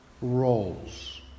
roles